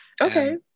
okay